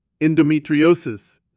Endometriosis